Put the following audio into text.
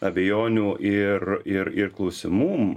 abejonių ir ir ir klausimų